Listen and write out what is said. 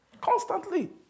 Constantly